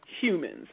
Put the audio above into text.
humans